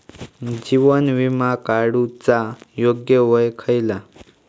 जीवन विमा काडूचा योग्य वय खयला?